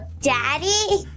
Daddy